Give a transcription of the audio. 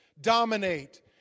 dominate